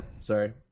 sorry